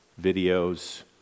videos